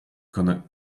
gonna